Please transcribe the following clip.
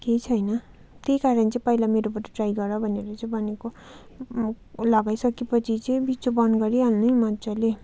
केही छैन त्यही कारण चाहिँ पहिला मेरोबाट ट्राई गर भनेर चाहिँ भनेको लागाइसके पछि चाहिँ बिर्को चाहिँ बन्द गरिहाल्नु है मजाले